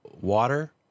water